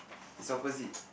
is opposite